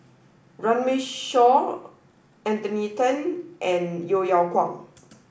Runme Shaw Anthony Then and Yeo Yeow Kwang